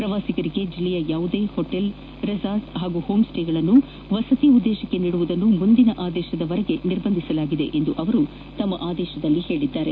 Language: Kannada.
ಪ್ರವಾಸಿಗರಿಗೆ ಜಿಲ್ಲೆಯ ಯಾವುದೇ ಹೋಟೆಲ್ ರೆಸಾರ್ಟ್ ಹಾಗೂ ಹೋಂ ಸ್ಸೇಗಳನ್ನು ವಸತಿ ಉದ್ಗೇಶಕ್ಕೆ ನೀಡುವುದನ್ನು ಮುಂದಿನ ಆದೇಶದವರೆಗೆ ನಿರ್ಬಂಧಿಸಲಾಗಿದೆ ಎಂದು ಅವರು ತಮ್ಮ ಆದೇಶದಲ್ಲಿ ತಿಳಿಸಿದ್ದಾರೆ